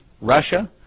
Russia